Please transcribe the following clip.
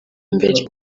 mbere